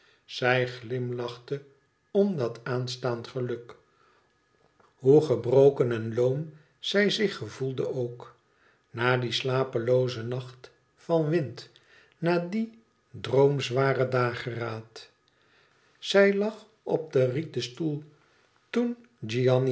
zij glimlachte om dat aanstaand geluk hoe gebroken en loom zij zich gevoelde ook na dien slapeloozen nacht van wind na dien droomzwaren dageraad zij lag op den rieten stoel toen